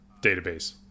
database